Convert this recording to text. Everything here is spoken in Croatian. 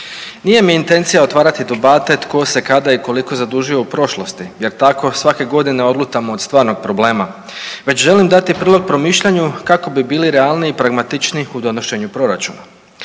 Nije mi intencija otvarati debate tko se i kada i koliko zadužio u prošlosti jer tako svake godine odlutamo od stvarnog problema, već želim da ti prilog promišljanju kako bi bili realniji, pragmatičniji u donošenju proračuna.